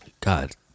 God